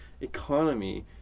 economy